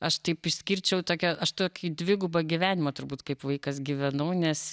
aš taip išskirčiau tokią aš tokį dvigubą gyvenimą turbūt kaip vaikas gyvenau nes